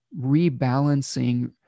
rebalancing